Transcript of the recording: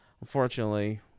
unfortunately